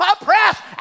oppressed